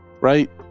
Right